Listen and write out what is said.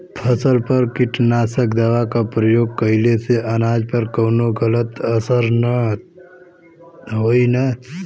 फसल पर कीटनाशक दवा क प्रयोग कइला से अनाज पर कवनो गलत असर त ना होई न?